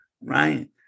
right